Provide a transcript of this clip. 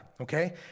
okay